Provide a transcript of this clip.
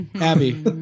Abby